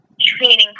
training